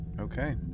okay